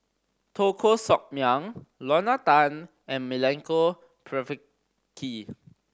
Teo Koh Sock Miang Lorna Tan and Milenko Prvacki